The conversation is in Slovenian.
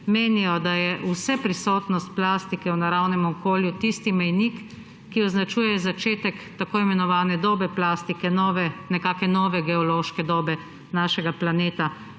menijo, da je vse prisotnost plastike v naravnem okolju tisti mejnik, ki označuje začetek tako imenovane dobe plastike, nekakšne nove geološke dobe našega planeta.